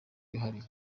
bihariye